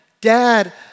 Dad